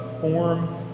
form